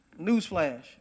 Newsflash